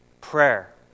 prayer